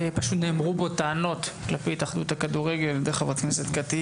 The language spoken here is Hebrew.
נאמרו פה טענות כלפי ההתאחדות לכדורגל על-ידי חברת הכנסת קטי